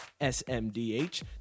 SMDH